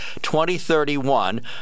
2031